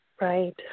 Right